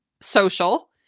social